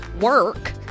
work